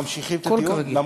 ממשיכים את הדיון?